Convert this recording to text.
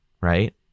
right